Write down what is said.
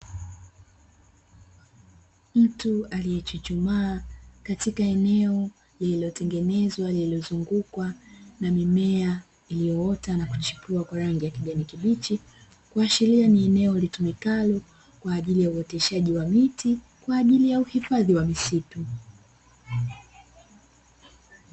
Mtu aliyechuchumaa katika eneo lililotengenezwa lililozungukwa na mimea iliyoota nakuchipua kwa rangi ya kijani kibichi, kuashiria ni eneo litumikalo kwaajili ya uoteshaji wa miti kwaajili ya uhifadhi wa misitu.